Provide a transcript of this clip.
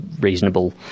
reasonable